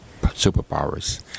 superpowers